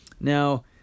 Now